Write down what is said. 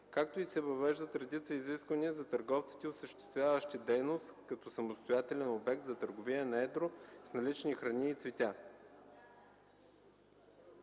както и се въвеждат редица изисквания за търговците, осъществяващи дейност като самостоятелен обект за търговия на едро с налични храни и цветя.